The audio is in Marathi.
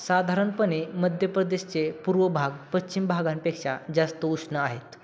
साधारणपणे मध्य प्रदेशचे पूर्व भाग पश्चिम भागांपेक्षा जास्त उष्ण आहेत